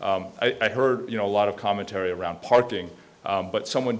i heard you know a lot of commentary around partying but someone